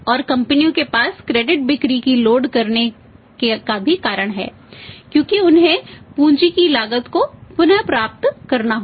और कंपनियों के पास क्रेडिट बिक्री को लोड करने के कारण भी हैं क्योंकि उन्हें पूंजी की लागत को पुनर्प्राप्त करना होगा